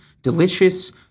delicious